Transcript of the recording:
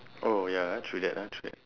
oh ya ah true that ah true that